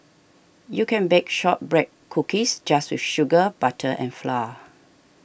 you can bake Shortbread Cookies just with sugar butter and flour